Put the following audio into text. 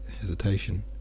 hesitation